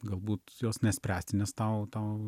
galbūt jos nespręsti nes tau tau